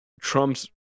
Trump's